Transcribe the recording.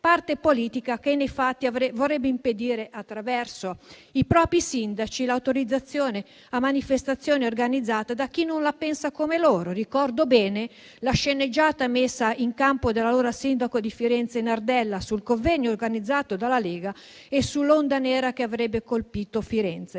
parte politica che nei fatti vorrebbe impedire, attraverso i propri sindaci, l'autorizzazione a manifestazioni organizzate da chi non la pensa come loro. Ricordo bene la sceneggiata messa in campo dell'allora sindaco di Firenze Nardella sul convegno organizzato dalla Lega e sull'onda nera che avrebbe colpito Firenze.